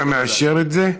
אתה מאשר את זה?